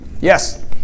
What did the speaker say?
yes